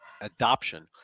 adoption